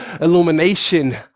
illumination